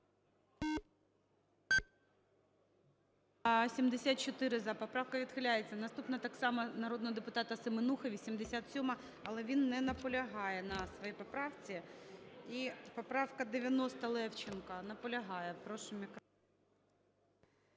За-74 Поправка відхиляється. Наступна так само народного депутата Семенухи, 87-а. Але він не наполягає на своїй поправці. І поправка 90 Левченка. Наполягає.